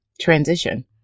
transition